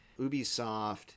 Ubisoft